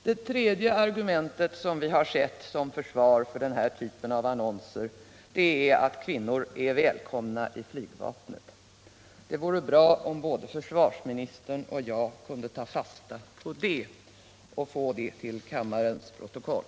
Det tredje argumentet som vi sett som försvar för denna typ av annonser är att kvinnor är välkomna till flygvapnet. Det vore bra om både försvarsministern och jag kunde ta fasta på detta och få det infört i kammarens protokoll.